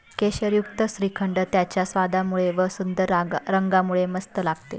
केशरयुक्त श्रीखंड त्याच्या स्वादामुळे व व सुंदर रंगामुळे मस्त लागते